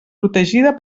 protegida